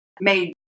made